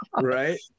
Right